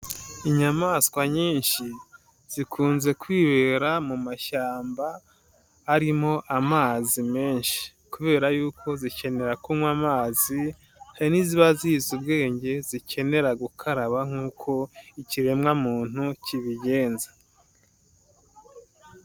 Inyamaswa nyinshi zikunze kwibera mu mashyamba arimo amazi menshi kubera yuko zikenera kunywa amazi hari n'iziba zizi ubwenge zikenera gukaraba nk'uko ikiremwamuntu kibigenza.